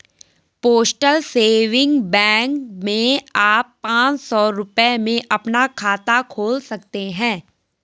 postal saving bank में आप पांच सौ रूपये में अपना खाता खोल सकते हैं